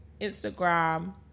Instagram